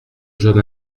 jeune